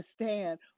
understand